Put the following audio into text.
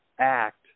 act